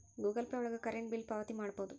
Google Pay ಒಳಗ current bill ಪಾವತಿ ಮಾಡ್ಬೋದು